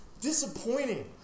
disappointing